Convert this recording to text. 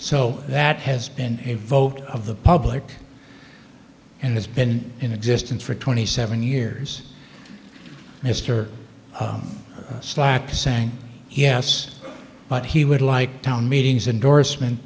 so that has been vote of the public and has been in existence for twenty seven years mister slack to saying yes but he would like town meetings indorsement